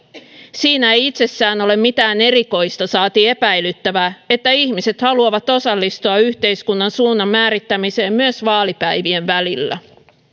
siinä ei itsessään ole mitään erikoista saati epäilyttävää että ihmiset haluavat osallistua yhteiskunnan suunnan määrittämiseen myös vaalipäivien välillä